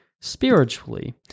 spiritually